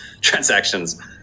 transactions